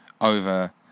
over